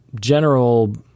general